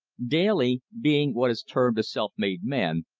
daly, being what is termed a self-made man,